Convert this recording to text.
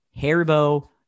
Haribo